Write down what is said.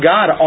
God